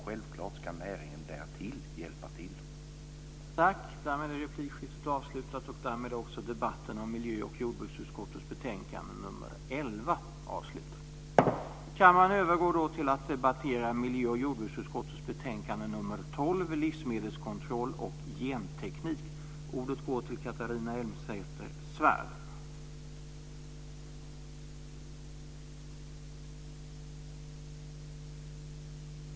Självklart ska näringen också hjälpa till.